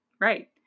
right